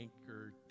anchor